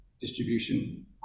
distribution